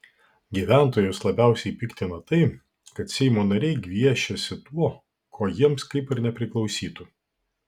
gyventojus labiausiai piktina tai kad seimo nariai gviešiasi to ko jiems kaip ir nepriklausytų